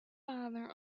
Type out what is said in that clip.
father